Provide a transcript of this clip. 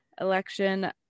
election